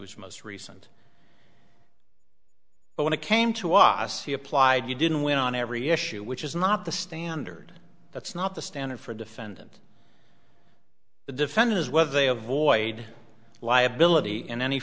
was most recent when it came to watch the applied you didn't win on every issue which is not the standard that's not the standard for defendant the defendant is whether they avoid liability in any